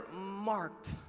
marked